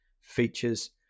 features